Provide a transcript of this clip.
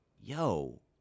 yo –